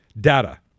data